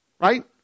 right